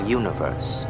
universe